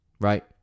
right